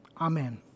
Amen